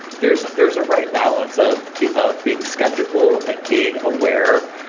there's there's a right balance of the of being skeptical and being aware,